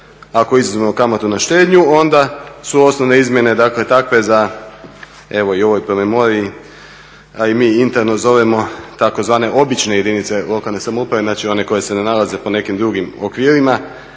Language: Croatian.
ako izuzmemo kamatu na štednju onda su osnovne izmjene dakle takve da evo i u ovoj predmemoriji a i mi interno zovemo tzv. obične jedinice lokalne samouprave, znači one koje se ne nalaze po nekim drugim okvirima.